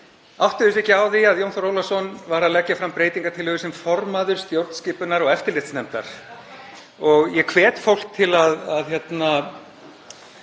áttaði sig á því að Jón Þór Ólafsson var að leggja fram breytingartillögu sem formaður stjórnskipunar- og eftirlitsnefndar. Ég hvet fólk til að taka